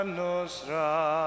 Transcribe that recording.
nostra